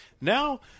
now